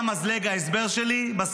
ההסבר שלי על קצה המזלג.